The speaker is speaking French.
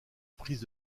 prise